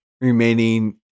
remaining